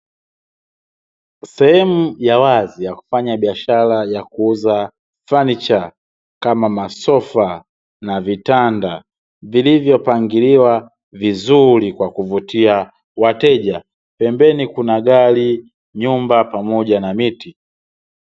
Sehemu ya wazi ya kufanya biashara ya kuuza fanicha kama masofa na vitanda vilivyopangiliwa vizuri kwa kuvutia wateja, pembeni kuna gari, nyumba pamoja na miti.